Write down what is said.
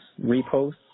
reposts